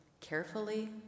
Carefully